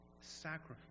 sacrifice